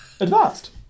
Advanced